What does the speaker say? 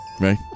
Right